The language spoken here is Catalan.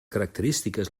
característiques